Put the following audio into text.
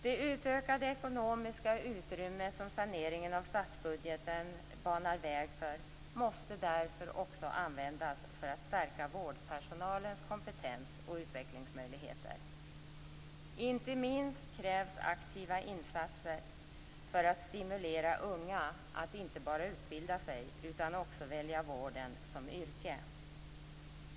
Det utökade ekonomiska utrymme som saneringen av statsbudgeten banar väg för måste därför också användas för att stärka vårdpersonalens kompetens och utvecklingsmöjligheter. Inte minst krävs aktiva insatser för att stimulera unga att inte bara utbilda sig, utan att också välja vården som yrke.